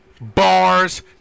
bars